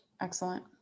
Excellent